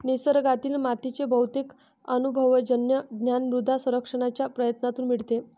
निसर्गातील मातीचे बहुतेक अनुभवजन्य ज्ञान मृदा सर्वेक्षणाच्या प्रयत्नांतून मिळते